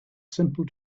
simple